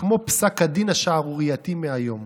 כמו פסק הדין השערורייתי מהיום.